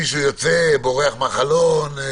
יוצא, בורח מהחלון?